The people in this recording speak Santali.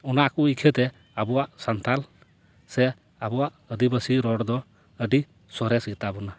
ᱚᱱᱟ ᱠᱚ ᱤᱠᱷᱟᱹᱛᱮ ᱟᱵᱚᱣᱟᱜ ᱥᱟᱱᱛᱷᱟᱞ ᱥᱮ ᱟᱵᱚᱣᱟᱜ ᱟᱫᱤᱵᱟᱥᱤ ᱨᱚᱲ ᱫᱚ ᱟᱹᱰᱤ ᱥᱚᱨᱮᱥ ᱜᱮᱛᱟᱵᱚᱱᱟ